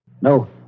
No